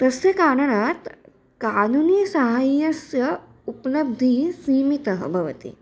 तस्य कारणात् कानुनीसहाय्यस्य उपलब्धिः सीमितः भवति